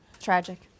Tragic